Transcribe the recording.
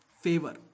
Favor